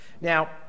Now